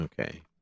Okay